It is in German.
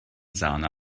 sahne